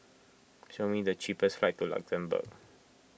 show me the cheapest flights to Luxembourg